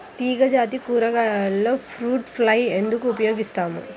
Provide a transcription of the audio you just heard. తీగజాతి కూరగాయలలో fruit fly ఎందుకు ఉపయోగిస్తాము?